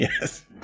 Yes